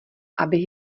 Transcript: abych